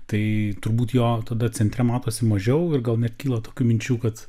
tai turbūt jo tada centre matosi mažiau ir gal net kyla tokių minčių kad